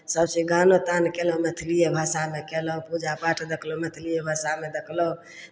सभचीज गानो तान कयलहुँ मैथिलिए भाषामे कयलहुँ पूजा पाठ देखलहुँ मैथिलिए भाषामे देखलहुँ